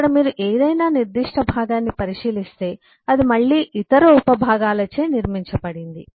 ఇక్కడ మీరు ఏదైనా నిర్దిష్ట భాగాన్ని పరిశీలిస్తే అది మళ్ళీ ఇతర ఉప భాగాలచే నిర్మించబడింది